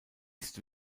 ist